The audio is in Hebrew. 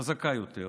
חזקה יותר,